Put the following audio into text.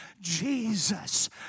Jesus